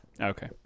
Okay